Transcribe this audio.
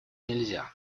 нельзя